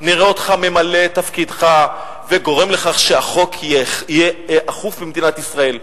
נראה אותך ממלא את תפקידך וגורם לכך שהחוק יהיה אכוף במדינת ישראל.